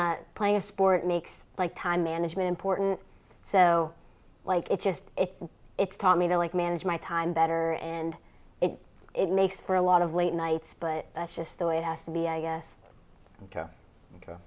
a playing a sport makes my time management important so like it just it's taught me to like manage my time better and it it makes for a lot of late nights but that's just the way it has to be i guess